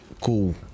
Cool